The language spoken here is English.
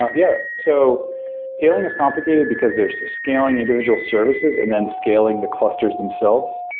ah yeah. so scaling is complicated, because there's scaling individual services and then scaling the clusters themselves.